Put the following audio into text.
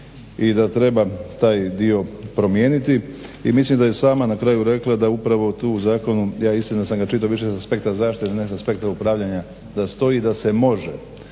i da treba taj dio promijeniti i mislim da je i sama na kraju rekla da upravo tu u zakonu, ja istina sam ga čitao više sa aspekta zaštite, ne sa aspekta upravljanja, da stoji da se može.